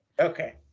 Okay